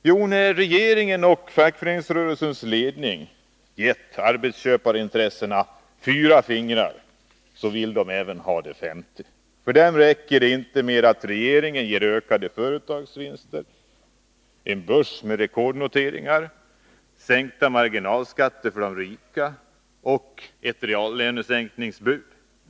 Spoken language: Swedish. Jo, när regeringen och fackföreningsrörelsens ledning gett arbetsköparintressena fyra fingrar vill dessa även ta det femte. För dem räcker det inte med att regeringen ger ökade företagsvinster, en börs med rekordnoteringar, sänkta marginalskatter för de rika och ett reallönesänkningsbud.